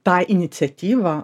tą iniciatyvą